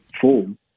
form